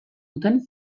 duten